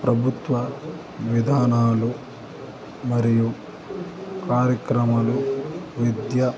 ప్రభుత్వ విధానాలు మరియు కార్యక్రమలు విద్య